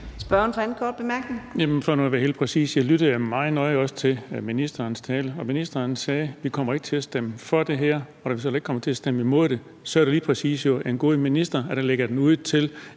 For nu at være helt præcis lyttede jeg også meget nøje til ministerens tale, og ministeren sagde: Vi kommer ikke til stemme for det her. Og da vi så heller ikke kommer til at stemme imod det, er det jo lige præcis en god minister, der lægger den ud til,